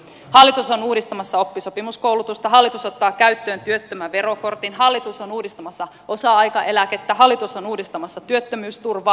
hallitus on uudistamassa oppisopimuskoulutusta hallitus ottaa käyttöön työttömän verokortin hallitus on uudistamassa osa aikaeläkettä hallitus on uudistamassa työttömyysturvaa